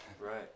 Right